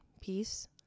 peace